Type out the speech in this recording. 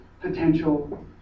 potential